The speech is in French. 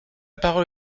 parole